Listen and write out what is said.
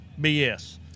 BS